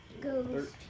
goes